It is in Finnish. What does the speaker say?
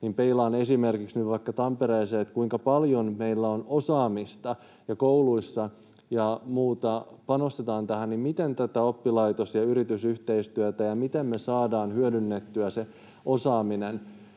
niin peilaan esimerkiksi vaikka Tampereeseen, kuinka paljon meillä on osaamista ja kuinka paljon kouluissa ja muualla panostetaan tähän. Ehkä tähän oppilaitos- ja yritysyhteistyöhön ja siihen, miten me saamme hyödynnettyä sen osaamisen